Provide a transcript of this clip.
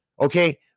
Okay